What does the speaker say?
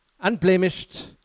unblemished